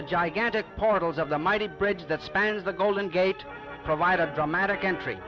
the gigantic portals of the mighty bridge that spans the golden gate provide a dramatic entry